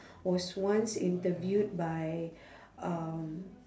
was once interviewed by um